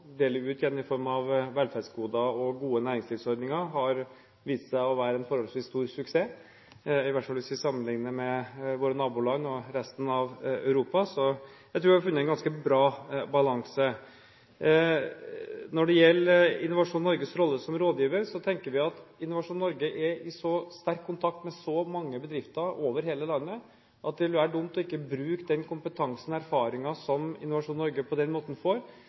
dele ut igjen i form av velferdsgoder og gode næringslivsordninger, har vist seg å være en forholdsvis stor suksess, i hvert fall hvis vi sammenligner med våre naboland og resten av Europa. Jeg tror vi har funnet en ganske bra balanse. Når det gjelder Innovasjon Norges rolle som rådgiver, tenker vi at Innovasjon Norge er i en så sterk kontakt med så mange bedrifter over hele landet at det vil være dumt ikke å bruke den kompetansen og den erfaringen som Innovasjon Norge på den måten får,